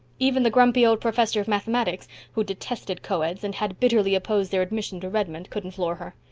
even the grumpy old professor of mathematics, who detested coeds, and had bitterly opposed their admission to redmond, couldn't floor her.